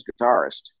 guitarist